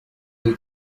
they